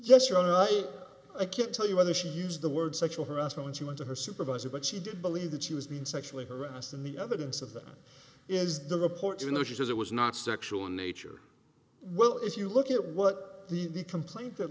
yes i can't tell you whether she used the word sexual harassment she went to her supervisor but she did believe that she was being sexually harassed and the evidence of that is the report you know she says it was not sexual in nature well if you look at what the the complaint that